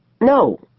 No